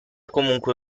comunque